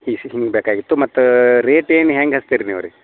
ಇಶ್ ಹಿಂಗೆ ಬೇಕಾಗಿತ್ತು ಮತ್ತು ರೇಟ್ ಏನು ಹೆಂಗೆ ಹಚ್ತೀರಿ ನೀವು ರೀ